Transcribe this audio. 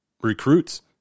recruits